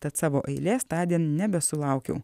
tad savo eilės tądien nebesulaukiau